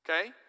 Okay